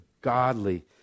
godly